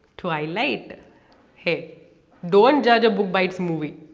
twilight! hey. don't judge a book by it's movie.